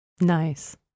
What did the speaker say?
Nice